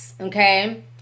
okay